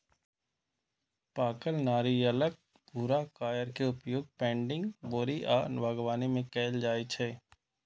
पाकल नारियलक भूरा कॉयर के उपयोग पैडिंग, बोरी आ बागवानी मे कैल जाइ छै